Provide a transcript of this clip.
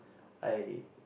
I